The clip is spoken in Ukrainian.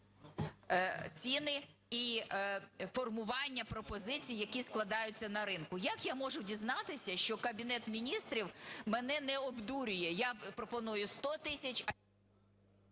ціни і формування пропозицій, які складаються на ринку? Як я можу дізнатися, що Кабінет Міністрів мене не обдурює? Я пропоную 100 тисяч… ГОЛОВУЮЧИЙ.